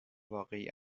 واقعی